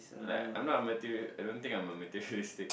like I'm not a material I don't think I'm a materialistic